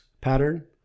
pattern